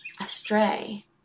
astray